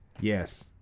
yes